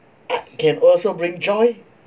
can also bring joy